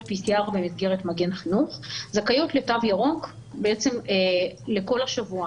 PCR במסגרת מגן חינוך זכאיות לתו ירוק לכל השבוע.